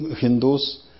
Hindus